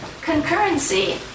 Concurrency